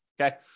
Okay